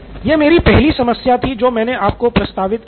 यह मेरी पहली समस्या थी जो मैंने आपको प्रस्तावित की थी